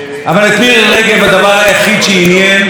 זה הכישלון,